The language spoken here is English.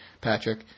Patrick